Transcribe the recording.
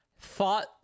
thought